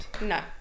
No